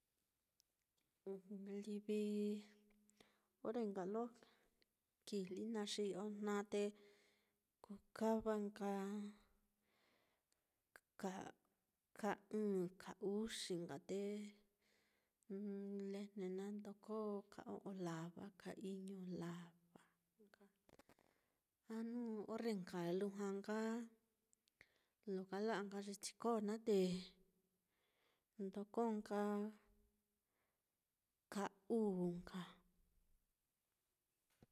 livi orre nka lo kijli naá, xi ojna te kukava nka ka ɨ̄ɨ̱n, ka uxi nka, te lejne naá ndoko ka o'on lava, ka iñu lava nka, a jnu orre nka lujua nka, orre lo kala'a ye chiko naá te ndoko nka ka uu nka.